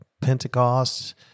Pentecost